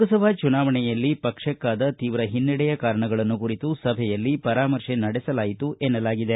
ಲೋಕಸಭಾ ಚುನಾವಣೆಯಲ್ಲಿ ಪಕ್ಷಕ್ಕಾದ ತೀವ್ರ ಹಿನ್ನಡೆಯ ಕಾರಣಗಳನ್ನು ಕುರಿತು ಸಭೆಯಲ್ಲಿ ಪರಾಮರ್ತೆ ನಡೆಸಲಾಯಿತು ಎನ್ನಲಾಗಿದೆ